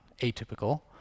atypical